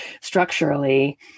structurally